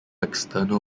external